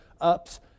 ups